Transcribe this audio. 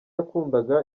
yakundaga